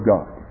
God